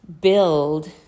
build